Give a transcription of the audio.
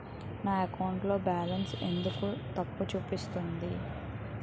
నా అకౌంట్ లో బాలన్స్ ఎందుకు తప్పు చూపిస్తుంది?